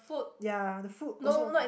yea the food also